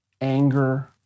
anger